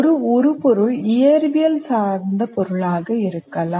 ஒரு உரு பொருள் இயற்பியல் சார்ந்த பொருளாக இருக்கலாம்